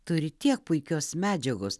turi tiek puikios medžiagos